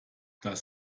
das